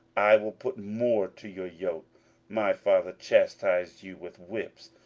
i will put more to your yoke my father chastised you with whips,